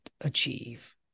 achieve